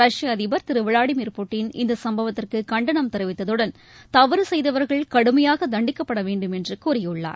ரஷ்ய அதிபர் திரு விளாடிமிர் புட்டின் இந்த சும்பவத்திற்கு கண்டனம் தெரிவித்ததுடன் தவறு செய்தவர்கள் கடுமையாக தண்டிக்கப்பட வேண்டும் என்று கூறியுள்ளார்